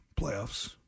playoffs